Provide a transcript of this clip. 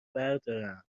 بردارم